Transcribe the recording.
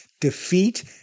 defeat